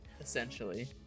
Essentially